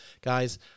guys